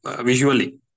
visually